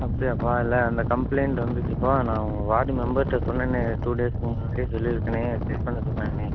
அப்படியாப்பா இல்லை அந்த கம்ப்ளைண்ட் வந்துச்சுப்பா நான் உங்கள் வார்டு மெம்பர்ட்ட சொன்னேனே டூ டேஸுக்கு முன்னாடி சொல்லியிருக்கேனே சரி பண்ண சொன்னேனே